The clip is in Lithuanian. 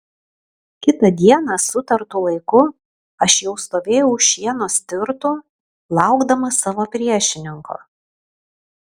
kitą dieną sutartu laiku aš jau stovėjau už šieno stirtų laukdamas savo priešininko